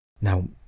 Now